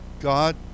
god